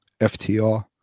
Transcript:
FTR